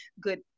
good